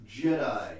Jedi